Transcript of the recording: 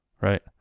Right